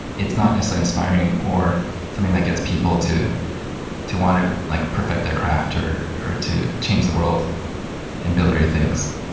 it's not necessarily ah inspiring or something that gets people to to want to like perfect their craft or or to change the world and build great things.